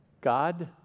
God